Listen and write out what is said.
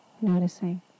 Noticing